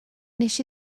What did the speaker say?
wnes